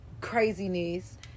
craziness